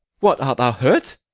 what, art thou hurt?